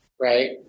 right